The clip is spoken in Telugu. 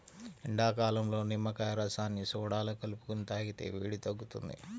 ఎండాకాలంలో నిమ్మకాయ రసాన్ని సోడాలో కలుపుకొని తాగితే వేడి తగ్గుతుంది